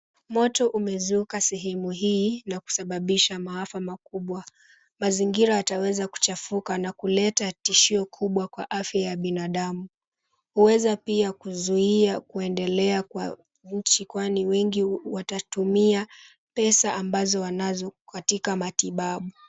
Moto umezuka sehemu hii na kusababisha maafa makubwa. Mazingira yataweza kuchafuka na kuleta tishio kubwa kwa afya ya binadamu. Huweza pia kuzuia kuendelea kwa mji kwani wengi watatumia pesa ambazo wanazo katika matibabu.